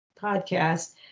podcast